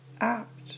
apt